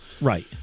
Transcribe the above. Right